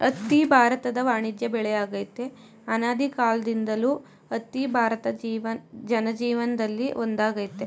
ಹತ್ತಿ ಭಾರತದ ವಾಣಿಜ್ಯ ಬೆಳೆಯಾಗಯ್ತೆ ಅನಾದಿಕಾಲ್ದಿಂದಲೂ ಹತ್ತಿ ಭಾರತ ಜನಜೀವನ್ದಲ್ಲಿ ಒಂದಾಗೈತೆ